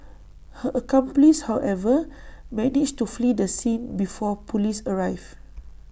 her accomplice however managed to flee the scene before Police arrived